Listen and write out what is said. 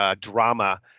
drama